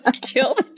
kill